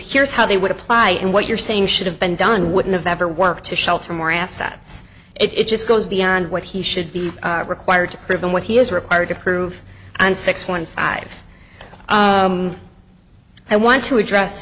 here's how they would apply and what you're saying should have been done would never work to shelter more assets it just goes beyond what he should be required to prove and what he is required to prove and six one five i want to address